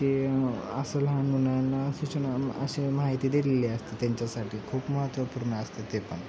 ते असं लहान मुलांना सूचना अशी माहिती दिलेली असते त्यांच्यासाठी खूप महत्त्वपूर्ण असते ते पान